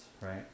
right